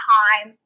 time